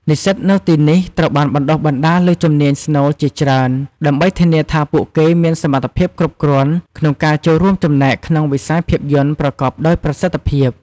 និស្សិតនៅទីនេះត្រូវបានបណ្ដុះបណ្ដាលលើ ជំនាញស្នូល ជាច្រើន ដើម្បីធានាថាពួកគេមានសមត្ថភាពគ្រប់គ្រាន់ក្នុងការចូលរួមចំណែកក្នុងវិស័យភាពយន្តប្រកបដោយប្រសិទ្ធភាព។